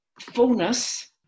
fullness